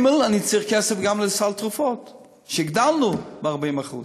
אני צריך כסף גם לסל התרופות שהגדלנו ב-40%.